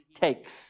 takes